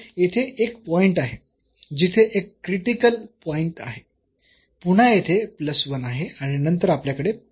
तर येथे एक पॉईंट आहे जिथे एक क्रिटिकल पॉईंट आहे पुन्हा येथे आहे आणि नंतर आपल्याकडे आहे